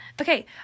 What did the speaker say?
okay